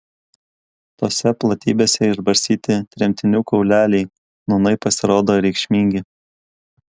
tose platybėse išbarstyti tremtinių kauleliai nūnai pasirodo reikšmingi